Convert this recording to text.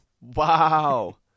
Wow